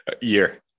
Year